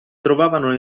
trovavano